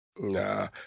Nah